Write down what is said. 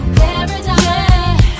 paradise